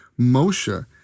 Moshe